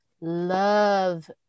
love